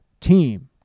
team